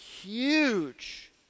huge